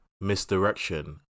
misdirection